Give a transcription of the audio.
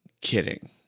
kidding